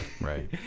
right